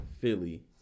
Philly